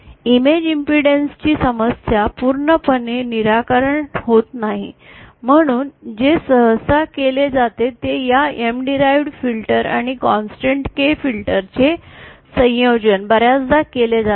image impedance ची समस्या चे पूर्णपणे निराकरण होत नाही म्हणून जे सहसा केले जाते ते या M डिराइवड फिल्टर आणि कॉन्सेंटेंट K फिल्टर चे संयोजन बर्याचदा केले जाते